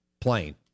plane